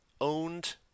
owned